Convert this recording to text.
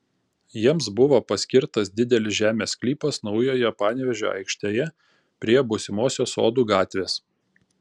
jiems buvo paskirtas didelis žemės sklypas naujojo panevėžio aikštėje prie būsimosios sodų gatvės